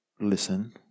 listen